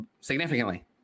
significantly